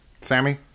Sammy